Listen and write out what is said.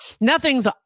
Nothing's